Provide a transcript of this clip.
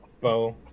bow